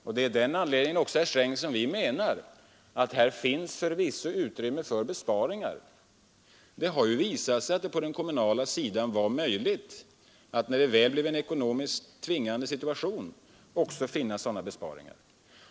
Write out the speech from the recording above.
Det är av den anledningen vi menar att här finns utrymme för besparingar. Det har visat sig att det i en tvingande situation på den kommunala sidan var möjligt att finna sådana besparingar.